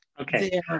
Okay